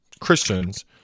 Christians